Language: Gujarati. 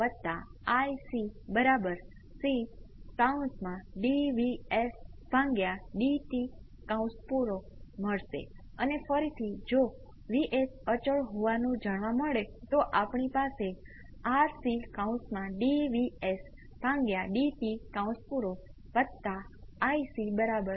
કૃપા કરીને નેચરલ રિસ્પોન્સ સહિત સંપૂર્ણ રિસ્પોન્સ મેળવો આપણી પાસે આનો એક અલગ પાઠ હશે જેમાં હું તમને તમારા મનમાં રહેલા જવાબોની તુલના કરી શકો તેવા સમીકરણ બતાવીશ